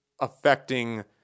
affecting